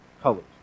colors